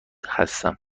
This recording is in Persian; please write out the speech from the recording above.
هستم